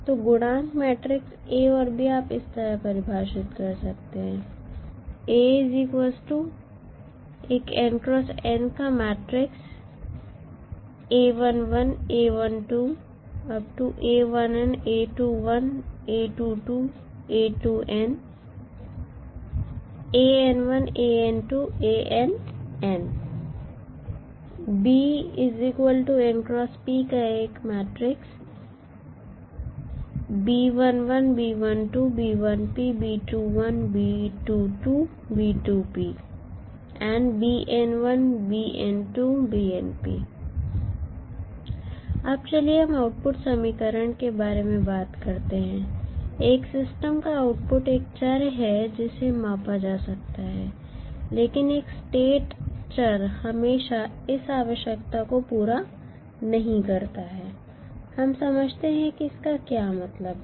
तो गुणांक matrix A और B आप इस तरह परिभाषित कर सकते हैं अब चलिए हम आउटपुट समीकरण के बारे में बात करते हैं एक सिस्टम का आउटपुट 1 चर है जिसे मापा जा सकता है लेकिन एक स्टेट चर हमेशा इस आवश्यकता को पूरा नहीं करता है हम समझते हैं कि इसका क्या मतलब है